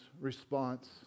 response